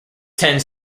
tends